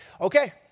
Okay